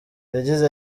yagize